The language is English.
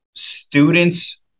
Students